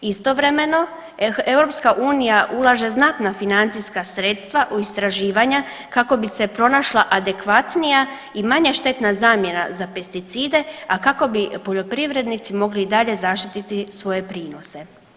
Istovremeno EU ulaže znatna financijska sredstva u istraživanja kako bi se pronašla adekvatnija i manje štetna zamjena za pesticide, a kako bi poljoprivrednici mogli i dalje zaštiti svoje prinose.